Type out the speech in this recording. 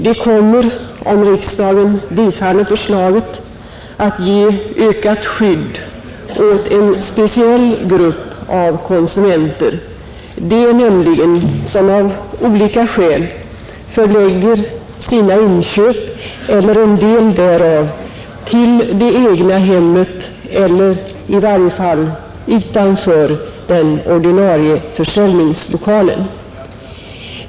Om riksdagen bifaller utskottets hemställan, kommer detta att ge ökat skydd åt en speciell grupp av konsumenter, nämligen de som av olika skäl förlägger sina inköp eller del därav till det egna hemmet, eller i varje fall utanför den ordinarie försäljningslokalen.